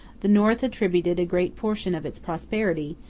the north attributed a great portion of its prosperity,